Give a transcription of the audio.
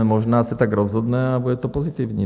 Možná se tak rozhodne a bude to pozitivní.